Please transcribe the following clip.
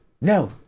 no